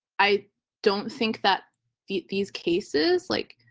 i don't think that these these cases, like,